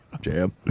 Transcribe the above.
Jam